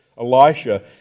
Elisha